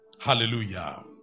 Hallelujah